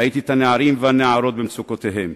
ראיתי את הנערים והנערות במצוקתם.